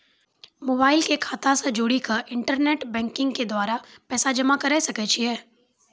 Mobile के खाता से जोड़ी के इंटरनेट बैंकिंग के द्वारा पैसा जमा करे सकय छियै?